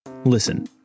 Listen